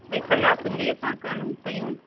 भाई सलाहु सुलीह सां करूं कयूं